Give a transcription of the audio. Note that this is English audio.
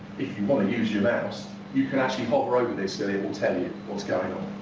if you want to use your mouse, you can actually hover over this and it will tell you what is going on.